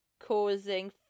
causing